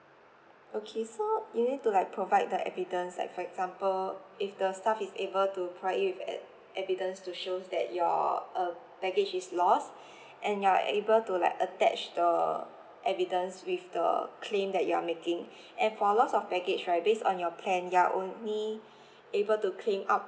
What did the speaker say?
okay so you need to like provide the evidence like for example if the staff is able to provide you with e~ evidence to show that your uh baggage is lost and you are able to like attached the evidence with the claim that you are making and for loss of baggage right based on your plan you're only able to claim up